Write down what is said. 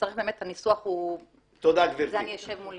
עם הניסוח אני אשב מול